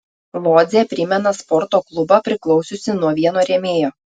lodzė primena sporto klubą priklausiusį nuo vieno rėmėjo